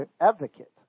advocate